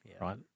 Right